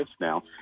now